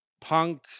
punk